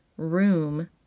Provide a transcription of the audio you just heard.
room